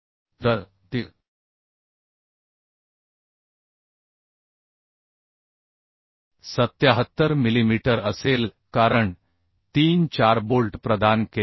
तर ते 77 मिलीमीटर असेल कारण 3 4 बोल्ट प्रदान केले आहेत